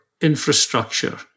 infrastructure